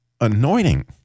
anointing